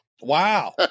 Wow